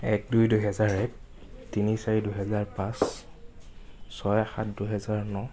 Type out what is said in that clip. এক দুই দুহেজাৰ এক তিনি চাৰি দুহেজাৰ পাঁচ ছয় সাত দুহেজাৰ ন